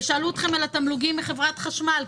שאלו אתכם על התמלוגים מחברת החשמל.